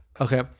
Okay